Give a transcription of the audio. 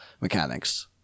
mechanics